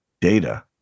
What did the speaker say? data